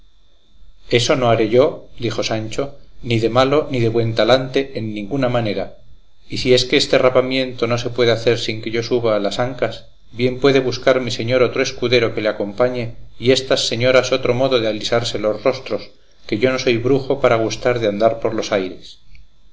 eso no haré yo dijo sancho ni de malo ni de buen talante en ninguna manera y si es que este rapamiento no se puede hacer sin que yo suba a las ancas bien puede buscar mi señor otro escudero que le acompañe y estas señoras otro modo de alisarse los rostros que yo no soy brujo para gustar de andar por los aires